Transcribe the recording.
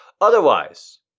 Otherwise